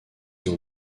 ont